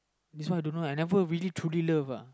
this one I don't know uh I never really truly love uh